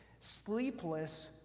sleepless